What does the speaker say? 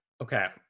Okay